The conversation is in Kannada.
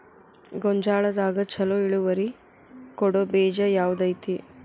ಗೊಂಜಾಳದಾಗ ಛಲೋ ಇಳುವರಿ ಕೊಡೊ ಬೇಜ ಯಾವ್ದ್ ಐತಿ?